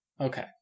Okay